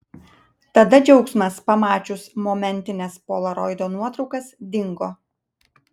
tada džiaugsmas pamačius momentines polaroido nuotraukas dingo